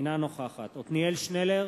אינה נוכחת עתניאל שנלר,